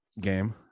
game